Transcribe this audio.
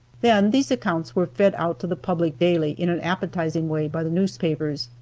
then these accounts were fed out to the public daily in an appetizing way by the newspapers.